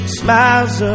smiles